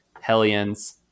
Hellions